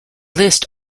list